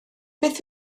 beth